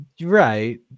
Right